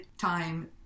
time